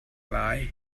lai